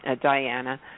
Diana